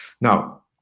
Now